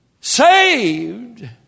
Saved